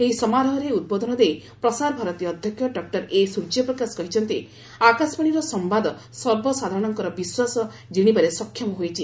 ଏହି ସମାରୋହରେ ଉଦ୍ବୋଧନ ଦେଇ ପ୍ରସାରଭାରତୀ ଅଧ୍ୟକ୍ଷ ଡକୁର ଏ ସୂର୍ଯ୍ୟପ୍ରକାଶ କହିଛନ୍ତି ଆକାଶବାଣୀର ସମ୍ଭାଦ ସର୍ବସାଧାରଣଙ୍କର ବିଶ୍ୱାସ ଜିଶିବାରେ ସକ୍ଷମ ହୋଇଛି